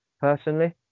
personally